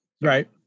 Right